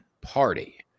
party